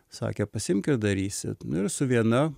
sakė pasiimk ir darysi ir su viena